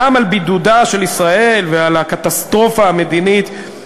גם על בידודה של ישראל ועל הקטסטרופה המדינית.